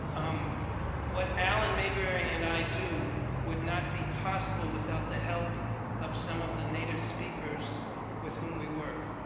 um what alan mayberry and i do would not be possible without the help of some of the native speakers with whom we work.